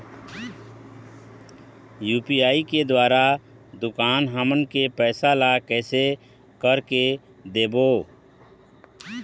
UPI के द्वारा दुकान हमन के पैसा ला कैसे कर के देबो?